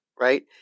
right –